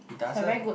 he doesn't